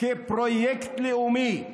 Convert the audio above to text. כפרויקט לאומי,